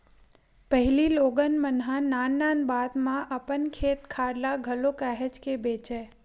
पहिली लोगन मन ह नान नान बात म अपन खेत खार ल घलो काहेच के बेंचय